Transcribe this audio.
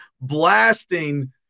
blasting